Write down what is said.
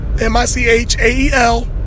M-I-C-H-A-E-L